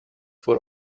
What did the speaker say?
vor